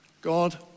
God